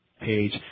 page